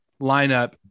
lineup